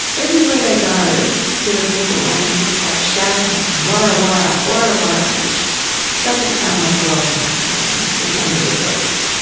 everywhere they go there are people on the clifftops shouting at them, warra warra, warra warra which doesn't sound like a welcome to them, it sounds a bit aggressive.